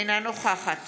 אינה נוכחת